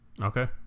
okay